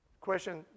Question